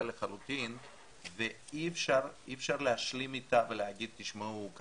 לחלוטין ואי אפשר להשלים איתה ולהגיד תשמעו,